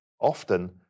often